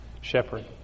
shepherd